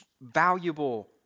valuable